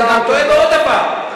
הוא גם טועה בעוד דבר.